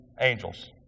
angels